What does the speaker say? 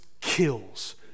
kills